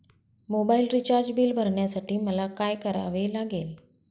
Mobile recharge bill भरण्यासाठी मला काय करावे लागेल?